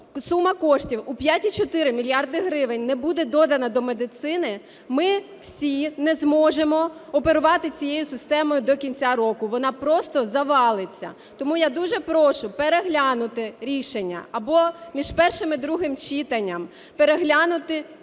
сума кошті у 5,4 мільярда гривень не буде додана до медицини, ми всі не зможемо оперувати цією системою до кінця року, вона просто завалиться. Тому я дуже прошу переглянути рішення або між першим і другим читанням переглянути